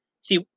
see